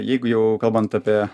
jeigu jau kalbant apie